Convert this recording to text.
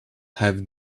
have